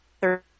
third